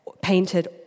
painted